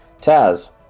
Taz